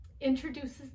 introduces